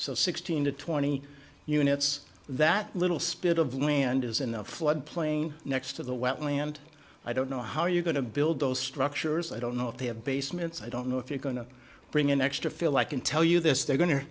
so sixteen to twenty units that little spit of land is in the flood plain next to the wetland i don't know how you're going to build those structures i don't know if they have basements i don't know if you're going to bring in extra feel i can tell you this they're going to